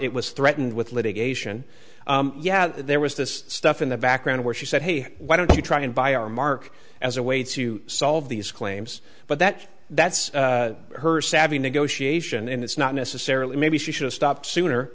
it was threatened with litigation yeah there was this stuff in the background where she said hey why don't you try and buy our mark as a way to solve these claims but that that's her savvy negotiation and it's not necessarily maybe she should've stopped sooner